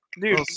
Dude